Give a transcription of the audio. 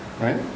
Right